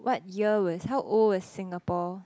what year was how old was Singapore